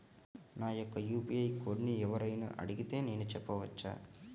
నా యొక్క యూ.పీ.ఐ కోడ్ని ఎవరు అయినా అడిగితే నేను చెప్పవచ్చా?